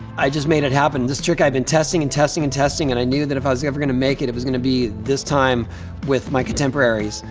i just made it happen. this trick i had been testing and testing and testing, and i knew that if i was ever gonna make it, it was gonna be this time with my contemporaries.